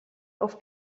auf